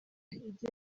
ijye